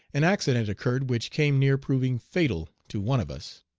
an accident occurred which came near proving fatal to one of us.